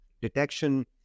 detection